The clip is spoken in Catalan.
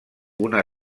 una